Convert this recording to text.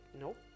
nope